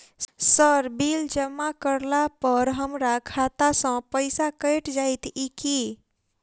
Sir bill जमा करला पर हमरा खाता सऽ पैसा कैट जाइत ई की?